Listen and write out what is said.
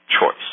choice